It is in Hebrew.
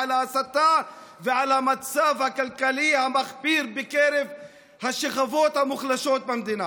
להסתה ולמצב הכלכלי המחפיר בקרב השכבות המוחלשות במדינה?